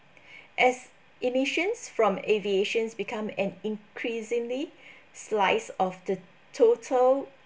as emissions from aviation become an increasingly slice of the total